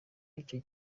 y’icyo